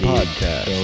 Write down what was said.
Podcast